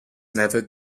never